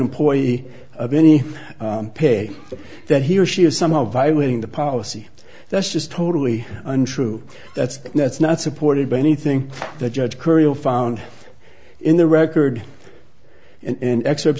employee of any pay that he or she is somehow violating the policy that's just totally untrue that's that's not supported by anything that judge courier found in the record and excerpts